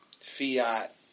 fiat